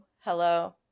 Hello